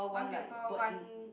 one paper one